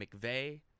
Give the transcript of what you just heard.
McVeigh